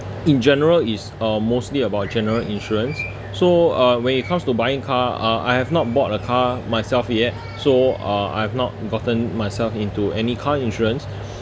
in general it's uh mostly about general insurance so uh when it comes to buying car uh I have not bought a car myself yet so uh I have not gotten myself into any car insurance